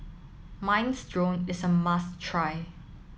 Minestrone is a must try